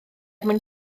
mwyn